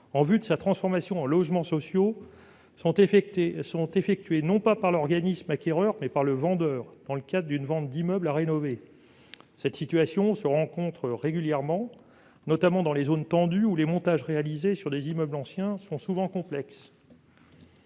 en vue de sa transformation en logements sociaux sont effectués, non pas par l'organisme acquéreur, mais par le vendeur dans le cadre d'une vente d'immeuble à rénover. Cette situation se rencontre régulièrement, notamment dans les zones tendues, où les montages réalisés sur des immeubles anciens sont souvent complexes.